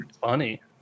funny